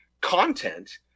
content